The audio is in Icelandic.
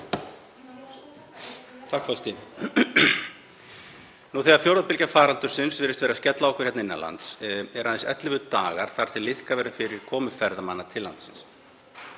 þegar fjórða bylgja faraldursins virðist vera að skella á okkur hérna innan lands eru aðeins 11 dagar þar til liðkað verður fyrir komu ferðamanna til landsins